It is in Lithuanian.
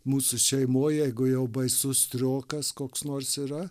mūsų šeimoj jeigu jau baisus striokas koks nors yra